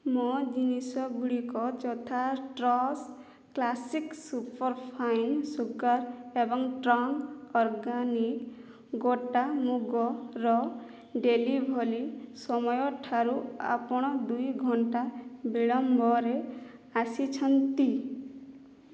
ମୋ ଜିନିଷ ଗୁଡ଼ିକ ଯଥା trust classic super fine sugar ଏବଂ ଟ୍ରଙ୍କ ଅର୍ଗାନିକ୍ ଗୋଟା ମୁଗର ଡେଲିଭରି ସମୟ ଠାରୁ ଆପଣ ଦୁଇ ଘଣ୍ଟା ବିଳମ୍ବରେ ଆସିଛନ୍ତି